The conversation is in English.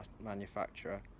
manufacturer